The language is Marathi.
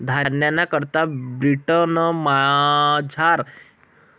धान्यना करता ब्रिटनमझार चेसर बीन गाडिना वापर करतस